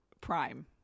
prime